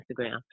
Instagram